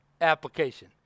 application